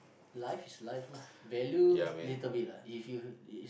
life is life lah value little bit lah if you is